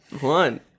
one